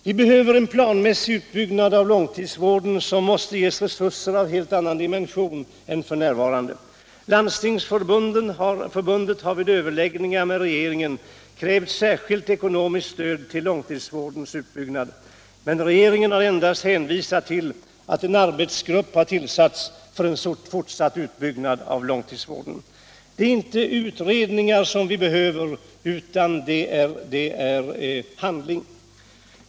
Vi behöver en planmässig utbyggnad av långtidsvården, som måste ges resurser av helt annan dimension än f. n. Landstingsförbundet har vid överläggningar med regeringen krävt särskilt ekonomiskt stöd till långtidsvårdens utbyggnad. Men regeringen har endast hänvisat till att en arbetsgrupp har tillsatts för fortsatt utredning om långtidsvården. Det är inte utredningar vi behöver utan handling.